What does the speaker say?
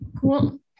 Cool